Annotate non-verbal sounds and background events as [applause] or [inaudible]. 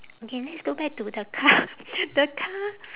okay let's go back to the car [laughs] the car